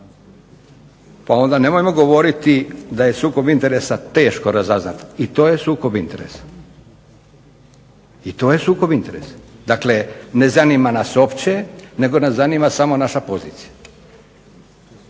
Pa onda nemojmo govoriti da je sukob interesa teško razaznati. I to je sukob interesa. Dakle, ne zanima nas uopće nego nas zanima samo naša pozicija.